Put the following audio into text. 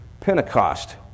Pentecost